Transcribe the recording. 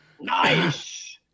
Nice